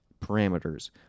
parameters